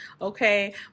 Okay